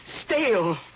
stale